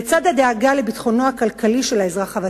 לצד הדאגה לביטחונו הכלכלי של האזרח הוותיק,